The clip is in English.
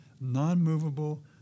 non-movable